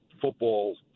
football